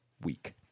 week